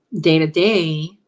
day-to-day